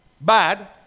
bad